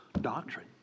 doctrine